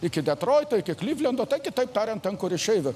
iki detroito iki klivlendo kitaip tariant ten kur išeivių